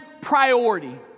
priority